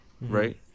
right